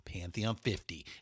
Pantheon50